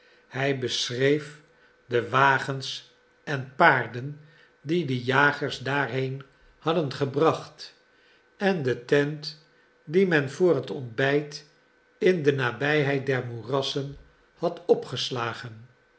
hij beschreef de wagens en paarden die de jagers daarheen hadden gebracht en de tent die men voor het ontbijt in de nabijheid der moerassen had opgeslagen